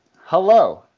hello